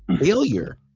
failure